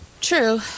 True